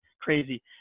crazy